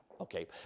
Okay